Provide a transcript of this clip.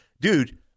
dude –